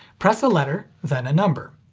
press a letter, then a number.